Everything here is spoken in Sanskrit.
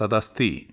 तदस्ति